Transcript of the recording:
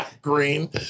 green